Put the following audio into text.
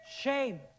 Shame